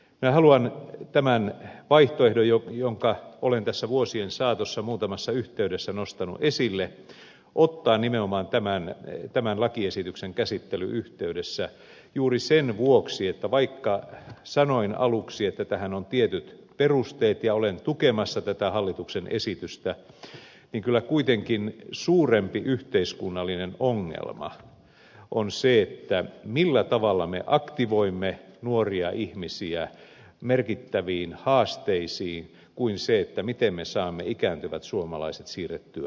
minä haluan tämän vaihtoehdon jonka olen tässä vuosien saatossa muutamassa yhteydessä nostanut esille ottaa nimenomaan tämän lakiesityksen käsittelyn yhteydessä esille juuri sen vuoksi että vaikka sanoin aluksi että tähän on tietyt perusteet ja olen tukemassa tätä hallituksen esitystä niin kyllä kuitenkin suurempi yhteiskunnallinen ongelma on se millä tavalla me aktivoimme nuoria ihmisiä merkittäviin haasteisiin kuin se miten me saamme ikääntyvät suomalaiset siirrettyä eläkkeelle